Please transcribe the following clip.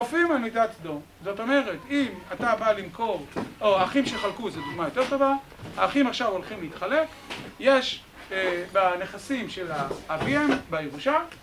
הופיעו על מיטת סדום, זאת אומרת, אם אתה בא למכור, או אחים שחלקו - זו דוגמה יותר טובה: האחים עכשיו הולכים להתחלק, יש בנכסים של ה... אביהם, בירושה.